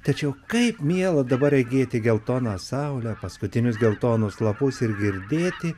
tačiau kaip miela dabar regėti geltoną saulę paskutinius geltonus lapus ir girdėti